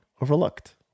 overlooked